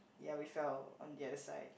ya we fell on the other side